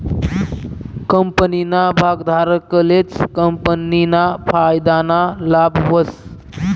कंपनीना भागधारकलेच कंपनीना फायदाना लाभ व्हस